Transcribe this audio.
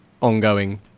ongoing